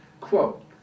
Quote